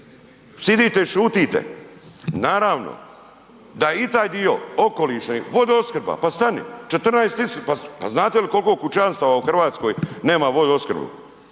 sjedite i šutite. Naravno da i taj dio okolišni, vodoopskrba, pa stani, 14, pa znate li koliko kućanstava u Hrvatskoj nema vodoopskrbu